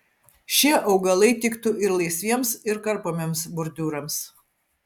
šie augalai tiktų ir laisviems ir karpomiems bordiūrams